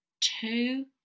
two